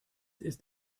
ist